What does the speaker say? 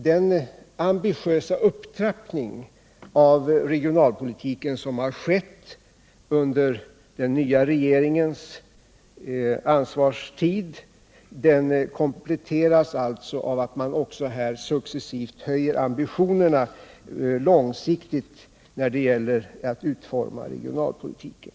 Den ambitiösa upptrappning av regionalpolitiken, som har skett under den nya regeringens ansvarstid, kompletteras alltså av att man här successivt höjer ambitionerna långsiktigt när det gäller att utforma regionalpolitiken.